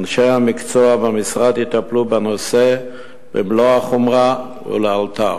אנשי המקצוע במשרד יטפלו בנושא במלוא החומרה ולאלתר.